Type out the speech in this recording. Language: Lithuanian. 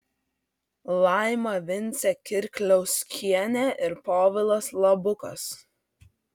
laima vincė kirkliauskienė ir povilas labukas